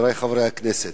חברי חברי הכנסת,